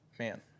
Man